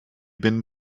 been